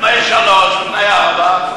לפני שלושה שבועות,